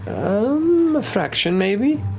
um, a fraction, maybe.